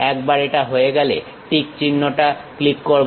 একবার এটা হয়ে গেলে টিক চিহ্নটা ক্লিক করবে